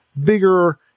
bigger